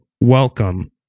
welcome